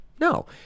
No